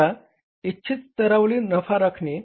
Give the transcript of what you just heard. आता इच्छित स्तरावरील नफा राखणे